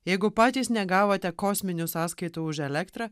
jeigu patys negavote kosminių sąskaitų už elektrą